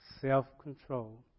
Self-control